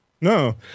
no